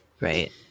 Right